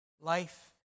life